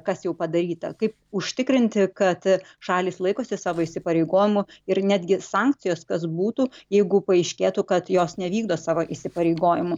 kas jau padaryta kaip užtikrinti kad šalys laikosi savo įsipareigojimų ir netgi sankcijos kas būtų jeigu paaiškėtų kad jos nevykdo savo įsipareigojimų